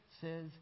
says